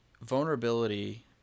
vulnerability